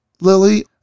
Lily